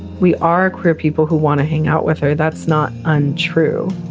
we are queer people who want to hang out with her. that's not untrue